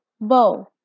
Bo